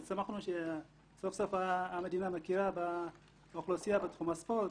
שמחנו שסוף סוף המדינה מכירה באוכלוסייה בתחום הספורט,